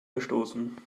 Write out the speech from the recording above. verstoßen